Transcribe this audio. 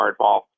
hardball